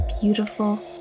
beautiful